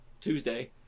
Tuesday